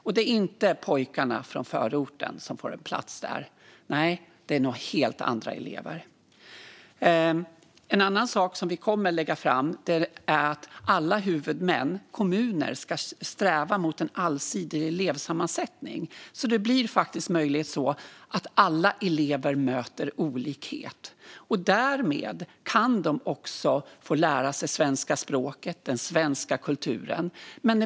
Det är inte pojkarna från förorten som får plats där. Nej, det är helt andra elever. En annan sak som vi kommer att lägga fram förslag om är att alla huvudmän, kommuner, ska sträva mot en allsidig elevsammansättning, så att det faktiskt möjligen blir så att alla elever möter olikhet. Därmed kan de också få lära sig svenska språket och den svenska kulturen.